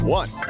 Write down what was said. one